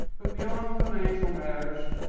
but beyond financial matters,